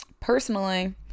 Personally